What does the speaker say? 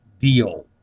deal